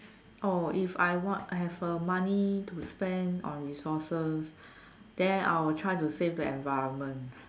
oh if I what I have a money to spend on resources then I'll try to save the environment